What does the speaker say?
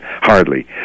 hardly